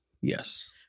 Yes